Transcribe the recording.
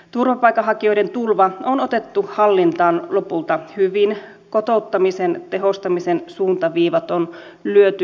turvapaikanhakijoiden tulva on otettu hallintaan lopulta hyvin kotouttamisen tehostamisen suuntaviivat on lyöty lukkoon